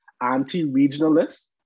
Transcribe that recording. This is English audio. anti-regionalists